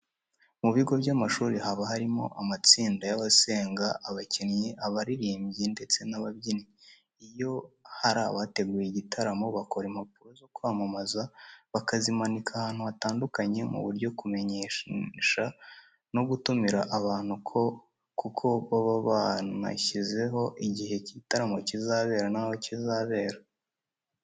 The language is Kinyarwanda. Mu bigo by'amashuri haba harimo amatsinda y'abasenga, abakinnyi, abaririmbyi ndetse n'ababyinnyi. Iyo hari abateguye igitaramo bakora impapuro zo kwamamaza bakazimanika ahantu hatandukanye mu buryo kumenyesha no gutumira abantu kuko baba banashyizeho igihe igitaramo kizabera n'aho kizabera.